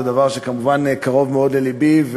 זה דבר שכמובן קרוב מאוד ללבי.